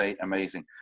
amazing